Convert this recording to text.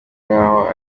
nk’aho